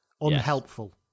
unhelpful